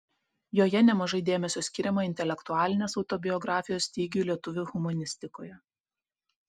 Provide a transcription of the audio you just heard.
joje nemažai dėmesio skiriama intelektualinės autobiografijos stygiui lietuvių humanistikoje